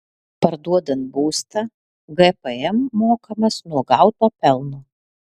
parduodant būstą gpm mokamas nuo gauto pelno